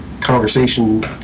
conversation